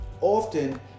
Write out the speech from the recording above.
often